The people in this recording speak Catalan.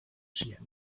ciència